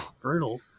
Brutal